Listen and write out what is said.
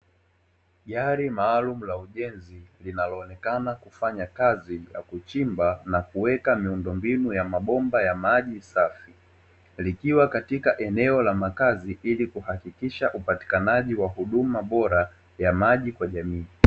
Gari maalumu la ujenzi linaloonekana kufanya kazi ya kuchimba na kuweka miundombinu ya mabomba ya maji safi, likiwa katika eneo la makazi ili kuhakikisha upatikanaji wa huduma bora ya maji kwa jamii.